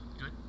Good